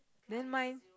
then mine